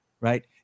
Right